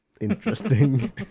Interesting